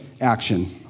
action